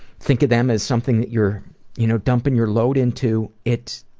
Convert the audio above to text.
think of them as something that you're you know dumping your load into, it.